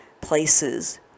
places